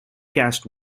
cast